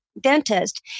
dentist